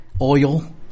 oil